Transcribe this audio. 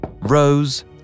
Rose